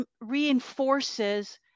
reinforces